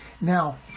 Now